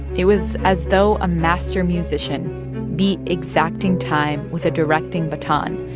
it was as though a master musician beat exacting time with a directing baton,